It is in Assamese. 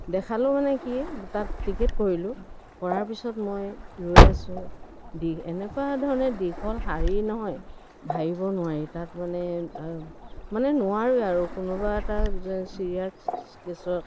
দেখালোঁ মানে কি তাত টিকেট কৰিলোঁ কৰাৰ পিছত মই ৰৈ আছোঁ দি এনেকুৱা ধৰণে দীঘল শাৰী নহয় ভাবিব নোৱাৰি তাত মানে মানে নোৱাৰোঁৱে আৰু কোনোবা এটা যে ছিৰিয়াছ কেছত